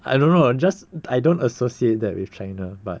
I don't know just I don't associate that with china but